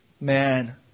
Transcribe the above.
man